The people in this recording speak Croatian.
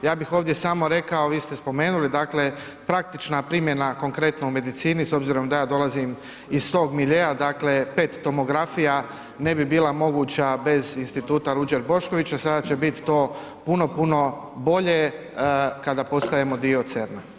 Ja bih ovdje samo rekao, vi ste spomenuli dakle praktična primjena konkretno u medicini, s obzirom da ja dolazim iz tog miljea, dakle PET tomografija ne bi bila moguća bez Instituta Ruđer Bošković, a sada će bit to puno, puno bolje kada postajemo dio CERN-a.